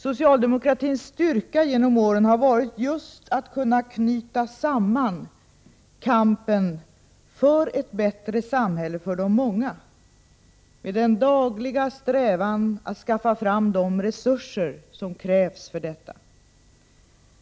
Socialdemokratins styrka genom åren har varit just att kunna knyta samman kampen för ett bättre samhälle för de många med den dagliga strävan att skaffa fram de resurser som krävs för detta.